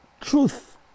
Truth